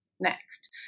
next